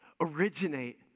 originate